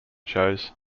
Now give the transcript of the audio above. shows